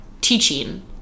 teaching